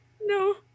No